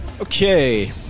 okay